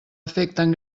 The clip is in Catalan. afecten